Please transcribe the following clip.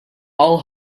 all